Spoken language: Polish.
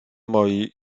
moi